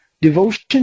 Devotion